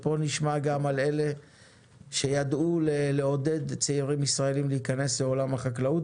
פה נשמע גם על אלה שידעו לעודד צעירים ישראלים להיכנס לעולם החקלאות,